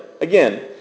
Again